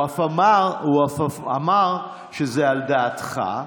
הוא אף אמר שזה על דעתך,